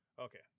Okay